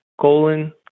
colon